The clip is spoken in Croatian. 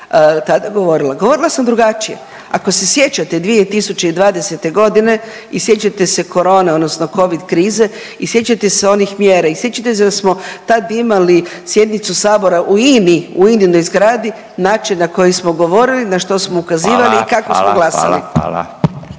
tada govorila. Govorila sam drugačije. Ako se sjećate 2020.g. i sjećate se korone odnosno covid krize i sjećate se onih mjera i sjećate se da smo tad imali sjednicu Sabora u INA-i u Ininoj zgradi način na koji smo govorili, na što smo ukazivali i …/Upadica